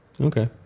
Okay